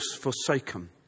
forsaken